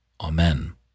Amen